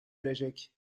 erecek